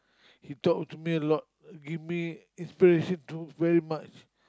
he talk to me a lot give me inspiration to very much